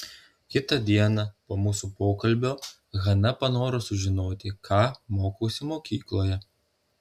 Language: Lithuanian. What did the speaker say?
kitą dieną po mūsų pokalbio hana panoro sužinoti ką mokausi mokykloje